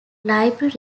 library